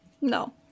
No